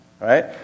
Right